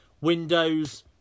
Windows